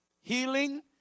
healing